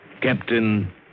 Captain